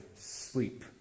sleep